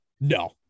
No